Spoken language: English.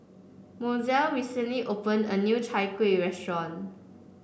Mozell recently opened a new Chai Kueh restaurant